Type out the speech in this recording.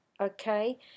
okay